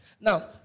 Now